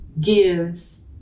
gives